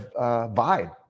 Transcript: vibe